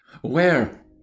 Where